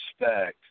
respect